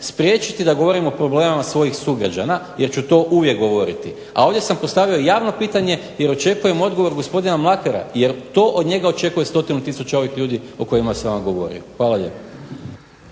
spriječiti da govorim o problemima svojim sugrađana jer ću to uvijek govoriti. A ovdje sam postavio javno pitanje, jer očekujem odgovor gospodina Mlakara, jer to od njega očekuje stotinu tisuća ovih ljudi o kojima sam vam govorio. Hvala lijepo.